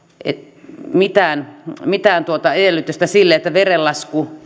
mitään mitään edellytystä sille että verenlasku